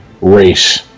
race